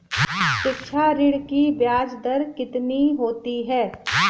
शिक्षा ऋण की ब्याज दर कितनी होती है?